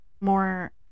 more